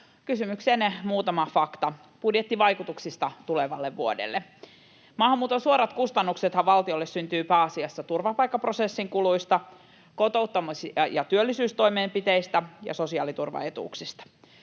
kysymykseenne muutama fakta budjettivaikutuksista tulevalle vuodelle: Maahanmuuton suorat kustannuksethan valtiolle syntyvät pääasiassa turvapaikkaprosessin kuluista, kotouttamis‑ ja työllisyystoimenpiteistä ja sosiaaliturvaetuuksista.